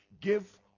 give